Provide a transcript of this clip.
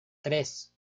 tres